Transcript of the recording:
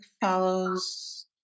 follows